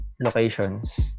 locations